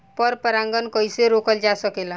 पर परागन कइसे रोकल जा सकेला?